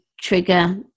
trigger